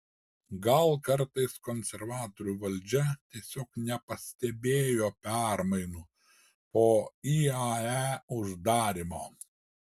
gal kartais konservatorių valdžia tiesiog nepastebėjo permainų po iae uždarymo